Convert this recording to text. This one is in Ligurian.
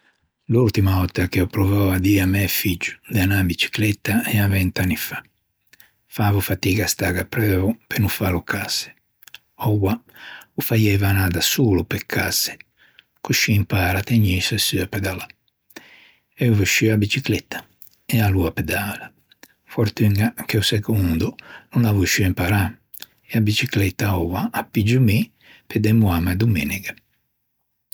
L'ultima vòtta che ò preuvou à dî à mæ figgio de anâ in bicicletta l'ea vent'anni fa. Fâvo fadiga à stâghe apreuo pe no fâlo cazze. Oua ô faieiva anâ da solo pe cazze coscì impara à tegnise sciù e pedalâ. T'æ òsciuo a bicicletta? E aloa pedala. Fortuña che o secondo o n'à osciuo imparâ e a bicicletta oua â piggio mi pe demoâme a-a domenega.